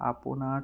আপোনাৰ